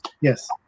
Yes